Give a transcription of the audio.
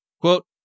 Quote